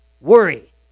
Worry